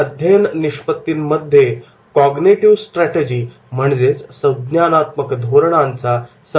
या अध्ययन निष्पत्तीमध्ये संज्ञानात्मक धोरणांचा Cognitive Strategy कॉग्निटिव्ह स्ट्रॅटेजी समावेश होतो